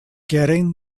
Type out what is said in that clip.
getting